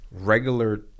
regular